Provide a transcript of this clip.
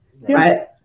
right